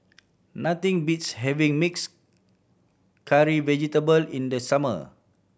nothing beats having mixed curry vegetable in the summer